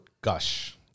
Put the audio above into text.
gush